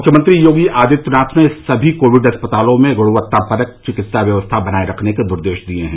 मुख्यमंत्री योगी आदित्यनाथ ने सभी कोविड अस्पतालों में गुणवत्ता परक चिकित्सा व्यवस्था बनाये रखने के निर्देश दिये हैं